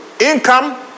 income